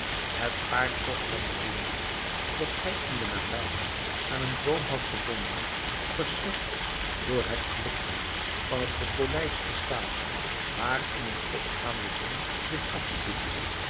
het paard toch van den emir dat hij in de nabijheid aan een boom had gebonden verschrikt door het flikkeren van het gepolijste staal waarin de opgaande zon zich